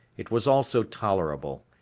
it was also tolerable,